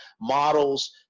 models